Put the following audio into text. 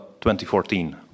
2014